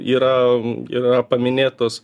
yra yra paminėtos